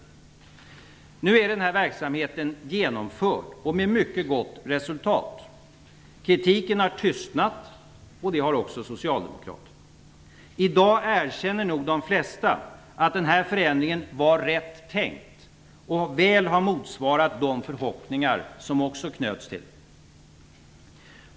Nu är den här verksamheten genomförd med mycket gott resultat. Kritiken har tystnat, och det har också Socialdemokraterna. I dag erkänner nog de flesta att den här förändringen var rätt tänkt. Den har väl motsvarat de förhoppningar som knöts till den.